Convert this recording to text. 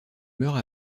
meurt